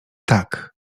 tak